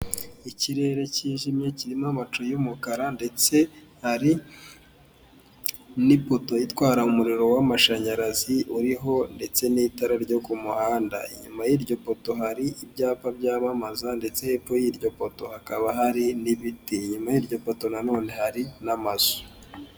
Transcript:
Ikirere cyijimye kirimo amacu y'umukara ndetse hari n'ipoto itwara umuriro w'amashanyarazi uriho ndetse n'itara ryo ku muhanda, inyuma y'iryo poto hari ibyapa byamamaza ndetse hepfo y'iryo poto hakaba hari n'ibiti inyuma y'iryo foto nanone hari n'amazu.